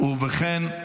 ובכן,